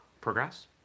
progress